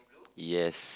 yes